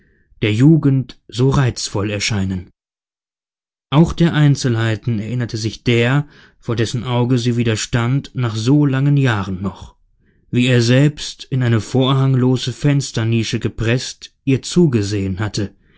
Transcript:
der jugend so reizvoll erscheinen auch der einzelheiten erinnerte sich der vor dessen auge sie wieder stand nach so langen jahren noch wie er selbst in eine vorhanglose fensternische gepreßt ihr zugesehen hatte